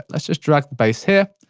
let's just drag the base here.